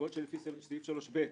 בעוד שלפי סעיף 3ב